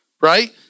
Right